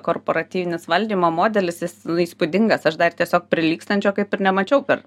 korporatyvinis valdymo modelis jis įspūdingas aš dar tiesiog prilygstančio kaip ir nemačiau per